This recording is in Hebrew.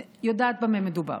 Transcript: אני יודעת במה מדובר,